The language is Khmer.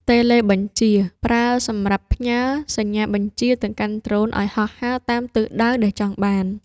តេឡេបញ្ជា ប្រើសម្រាប់ផ្ញើសញ្ញាបញ្ជាទៅកាន់ដ្រូនឱ្យហោះហើរតាមទិសដៅដែលចង់បាន។